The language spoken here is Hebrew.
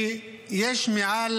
כי יש יותר